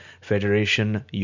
Federation